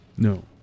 No